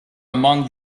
among